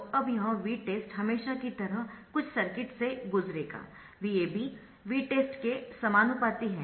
तो अब यह Vtest हमेशा की तरह कुछ सर्किट से गुजरेगा VAB Vtest के समानुपाती है